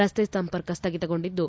ರಸ್ತೆ ಸಂಪರ್ಕ ಸ್ಥಗಿತಗೊಂಡಿದ್ದು